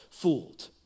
fooled